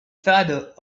father